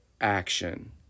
action